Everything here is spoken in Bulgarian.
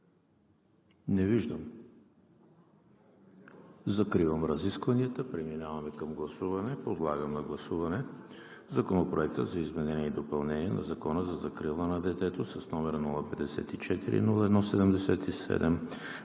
Не виждам желаещи. Закривам разискванията. Преминаваме към гласуване. Подлагам на гласуване Законопроект за изменение и допълнение на Закона за закрила на детето с № 054-01-77,